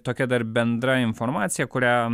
tokia dar bendra informacija kurią